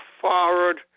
forward